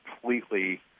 completely